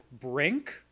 Brink